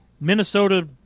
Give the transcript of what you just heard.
Minnesota